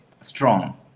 strong